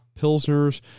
Pilsners